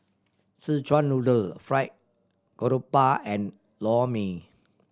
Szechuan Noodle Fried Garoupa and Lor Mee